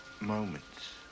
moments